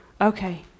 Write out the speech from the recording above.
okay